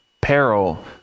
peril